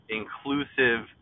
inclusive